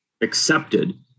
accepted